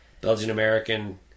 Belgian-American